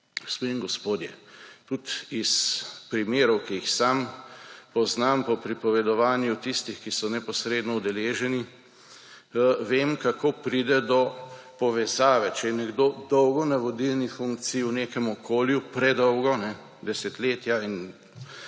in gospodje, tudi iz primerov, ki jih sam poznam po pripovedovanju tistih, ki so neposredno udeleženi, vem, kako pride do povezave, če je nekdo dolgo na vodilni funkciji v nekem okolju, predolgo, desetletja,